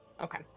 Okay